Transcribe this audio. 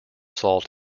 salt